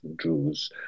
Jews